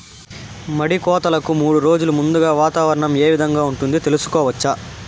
మడి కోతలకు మూడు రోజులు ముందుగా వాతావరణం ఏ విధంగా ఉంటుంది, తెలుసుకోవచ్చా?